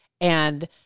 and-